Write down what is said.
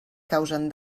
causen